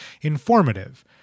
informative